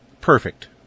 perfect